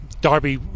Darby